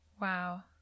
Wow